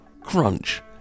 Crunch